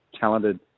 talented